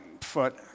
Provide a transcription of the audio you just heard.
foot